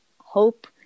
hope